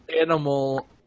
animal